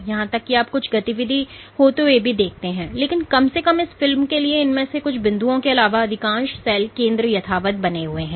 यहां तक कि आप कुछ गतिविधि होते हुए भी देखते हैं लेकिन कम से कम इस फिल्म के लिए इनमें से कुछ बिंदुओं के अलावा अधिकांश सेल केंद्र यथावत बने हुए हैं